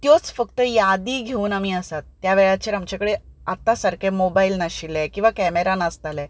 त्यो फक्त यादी घेवन आमी आसात त्या वेळाचेर आमचे कडेन आतां सारके मोबायल नाशिल्ले किंवां केमेरा नासताले